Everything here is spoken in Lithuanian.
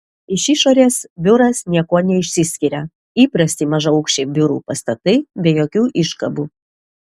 iš išorės biuras niekuo neišsiskiria įprasti mažaaukščiai biurų pastatai be jokių iškabų